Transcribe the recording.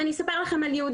ואני אספר לכם על י'.